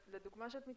לדוגמה שאת מתייחסת,